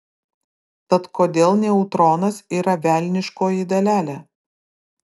tad kodėl neutronas yra velniškoji dalelė